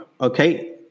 okay